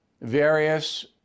various